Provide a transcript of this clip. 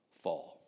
fall